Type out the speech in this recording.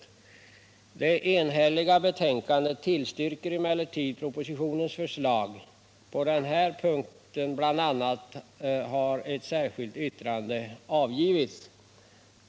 I det enhälliga betänkandet tillstyrks emellertid propositionens förslag. På den här punkten, bl.a., har ett särskilt yttrande avgivits.